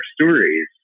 stories